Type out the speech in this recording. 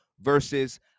versus